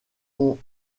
ont